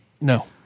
No